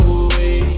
away